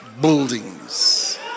Buildings